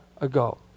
ago